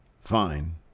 Fine